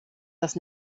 das